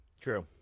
True